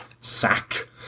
sack